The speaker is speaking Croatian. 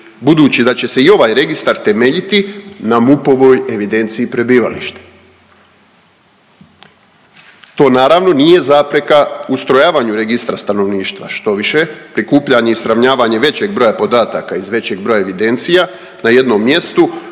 budući da će se i ovaj registar temeljiti na MUP-ovoj evidenciji prebivališta. To naravno nije zapreka ustrojavanju registra stanovništva, štoviše prikupljanje i sravnavanje većeg broja podataka iz većeg broja evidencija na jednom mjestu